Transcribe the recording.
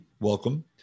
Welcome